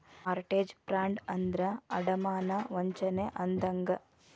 mortgage fraud ಅಂದ್ರ ಅಡಮಾನ ವಂಚನೆ ಅಂದಂಗ